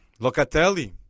Locatelli